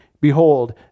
Behold